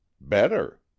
Better